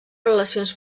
relacions